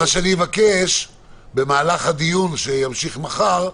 מה שאני אבקש במהלך הדיון שימשיך מחר,